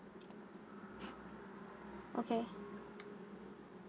okay